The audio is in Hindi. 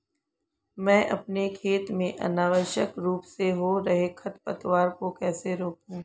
मैं अपने खेत में अनावश्यक रूप से हो रहे खरपतवार को कैसे रोकूं?